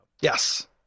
Yes